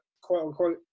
quote-unquote